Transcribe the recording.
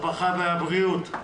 הרווחה והבריאות.